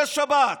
בשבת.